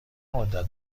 مدت